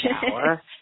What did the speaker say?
shower